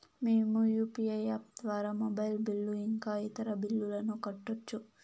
మేము UPI app ద్వారా mobile bill ఇంకా ఇతర బిల్లులను కట్టొచ్చు